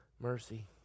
Mercy